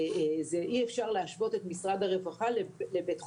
אי אפשר להשוות את משרד הרווחה לבית חולים,